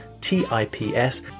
T-I-P-S